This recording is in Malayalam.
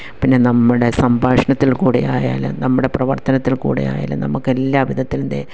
പിന്നെ നമ്മുടെ സംഭാഷണത്തിൽ കൂടിയായാലും നമ്മുടെ പ്രവർത്തനത്തിൽ കൂടെ ആയാലും നമുക്ക് എല്ലാവിധത്തിലും ദേ